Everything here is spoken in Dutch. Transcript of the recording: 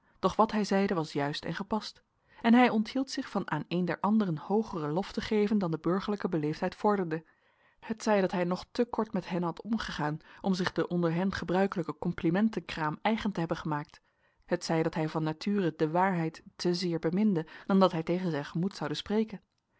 doch wat hij zeide was juist en gepast en hij onthield zich van aan een der anderen hoogeren lof te geven dan de burgerlijke beleefdheid vorderde t zij dat hij nog te kort met hen had omgegaan om zich de onder hen gebruikelijke complimenten kraam eigen te hebben gemaakt t zij dat hij van nature de waarheid te zeer beminde dan dat hij tegen zijn gemoed zoude spreken